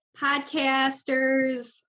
podcasters